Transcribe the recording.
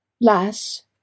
Lass